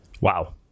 Wow